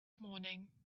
morning